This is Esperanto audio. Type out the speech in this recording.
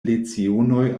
lecionoj